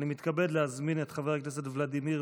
אני מתכבד להזמין את חבר הכנסת ולדימיר